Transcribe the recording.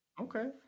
Okay